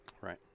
Right